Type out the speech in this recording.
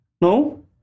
No